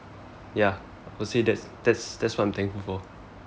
ya I will say that's that's what I'm thankful for